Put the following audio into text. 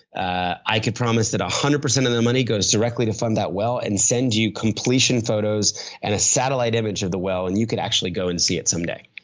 i could promise that one hundred percent of the money goes directly to fund that well and send you completion photos and a satellite image of the well and you could actually go and see it someday.